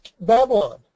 Babylon